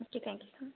okay thank you